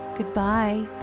Goodbye